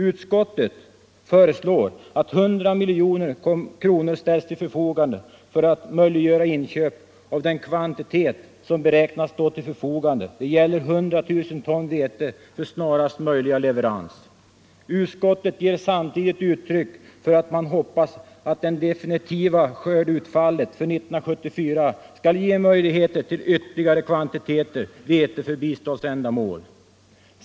Utskottet föreslår att 100 miljoner kronor ställs till förfogande för att möjliggöra inköp av den kvantitet vete som beräknas stå till förfogande, 100 000 ton, för snarast möjliga leverans. Utskottet uttrycker samtidigt förhoppningen att det definitiva skördeutfallet för 1974 skall ge möjlighet till ytterligare kvantiteter vete för biståndsändamål.